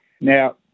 Now